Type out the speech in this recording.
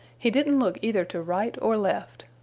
he didn't look either to right or left.